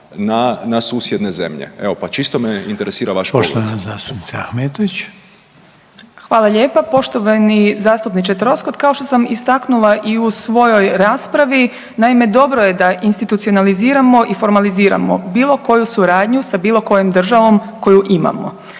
na susjedne zemlje. Evo pa čisto me interesira vaš pogled. **Reiner, Željko (HDZ)** Poštovana zastupnica Ahmetović. **Ahmetović, Mirela (SDP)** Hvala lijepa. Poštovani zastupniče Troskot. Kao što sam istaknula i u svojoj raspravi naime dobro je da institucionaliziramo i formaliziramo bilo koju suradnju sa bilo kojom državom koju imamo.